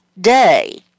day